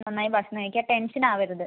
നന്നായി ഭക്ഷണം കഴിക്കണം ടെൻഷൻ ആവരുത്